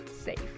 safe